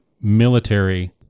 military